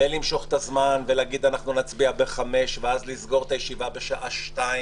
אין למשוך את הזמן ולהגיד נצביע בחמש ואז לסגור את הישיבה בשעה שתיים.